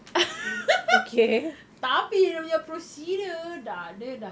tapi dia punya procedure dah dia dah